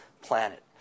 planet